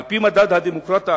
על-פי מדד הדמוקרטיה,